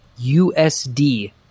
USD